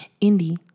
Indie